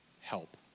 help